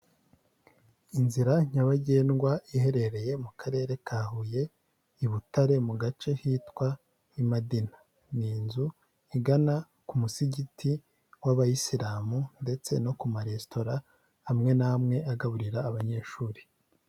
Inzira nyabagendwa iherereye mu Karere ka Huye i Butare mu gace hitwa i Madina, ni inzu igana ku musigiti w'abayisilamu ndetse no ku maresitora amwe n'amwe agaburira abanyeshuri.